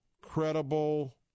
credible